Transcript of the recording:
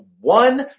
one